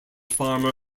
farmer